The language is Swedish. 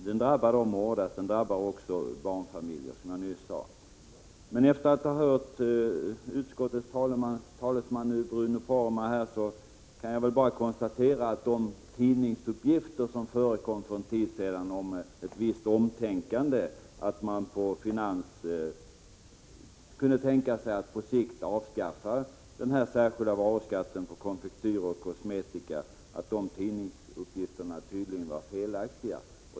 Den drabbar dem hårdast, och den drabbar också barnfamiljer, som jag nyss sade. Efter att ha hört utskottets talesman Bruno Poromaa kan jag konstatera att de tidningsuppgifter som förekom för en tid sedan om att man på finansdepartementet kunde tänka sig att på sikt avskaffa den särskilda varuskatten på konfektyrer och kosmetika tydligen var felaktiga.